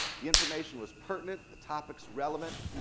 the information was pertinent, the topics relevant,